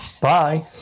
Bye